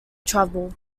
trouble